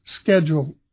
schedule